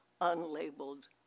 unlabeled